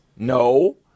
No